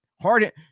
hard